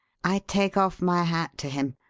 i take off my hat to him.